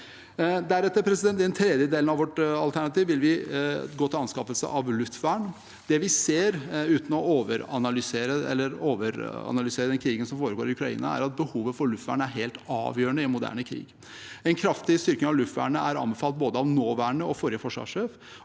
øke produksjonen. I den tredje delen av vårt alternativ vil vi gå til anskaffelse av luftvern. Det vi ser, uten å overanalysere krigen som foregår i Ukraina, er at behovet for luftvern er helt avgjørende i en moderne krig. En kraftig styrking av luftvernet er anbefalt av både den nåværende og den forrige forsvarssjef.